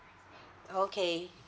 okay